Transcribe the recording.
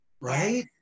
right